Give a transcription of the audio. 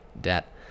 debt